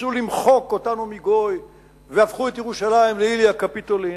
ניסו למחוק אותנו מגוי והפכו את "ירושלים" ל"איליה קפיטולינה".